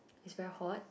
it's very hot